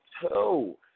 two